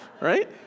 right